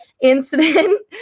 incident